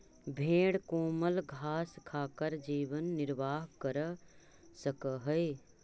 भेंड कोमल घास खाकर जीवन निर्वाह कर सकअ हई